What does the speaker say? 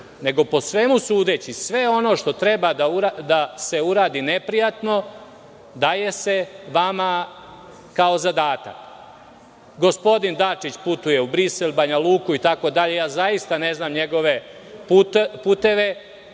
nego, po svemu sudeći, sve ono što treba da se uradi neprijatno, daje se vama kao zadatak. Gospodin Dačić putuje u Brisel, Banja Luku itd. Zaista ne znam njegove puteve,